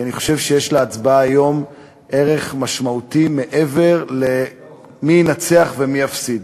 כי אני חושב שיש להצבעה היום ערך משמעותי מעבר למי ינצח ומי יפסיד.